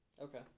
okay